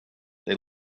they